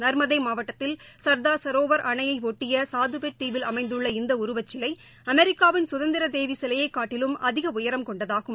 நா்மதை மாவட்டத்தில் சரோவர் அணையையொட்டிய சாதபெட் தீவில் அமைந்துள்ள இந்த உருவச்சிலை அமெரிக்காவின் சுதந்திரதேவி சிலையைக் காட்டிலும் அதிக உயரம் கொண்டதாகும்